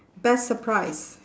best surprise